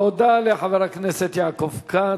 תודה לחבר הכנסת יעקב כץ.